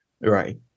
Right